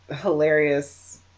hilarious